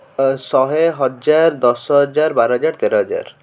ଶହେ ହଜାର ଦଶ ହଜାର ବାର ହଜାର ତେର ହଜାର